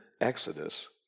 Exodus